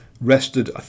rested